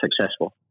successful